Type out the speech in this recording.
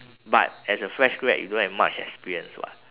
but as a fresh grad you don't have much experience what